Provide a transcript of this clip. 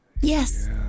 Yes